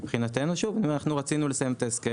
מבחינתנו אנחנו רצינו לסיים את ההסכם